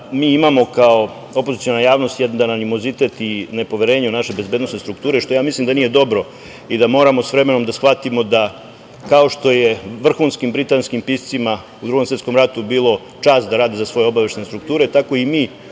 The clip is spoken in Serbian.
mi imamo kao opoziciona javnost jedan animozitet i nepoverenje u naše bezbednosne strukture, što ja mislim da nije dobro i da moramo s vremenom da shvatimo da, kao što je vrhunskim britanskim piscima u Drugom svetskom ratu bilo čast da rade za svoje obaveštajne strukture, tako i mi,